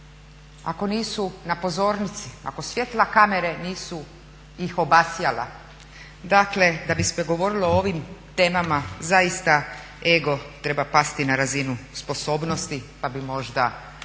ako nisu na pozornici, ako svjetla kamere nisu ih obasjala. Dakle, da bi se govorilo o ovim temama zaista ego treba pasti na razinu sposobnosti pa bi možda